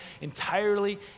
entirely